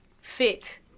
fit